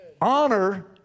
Honor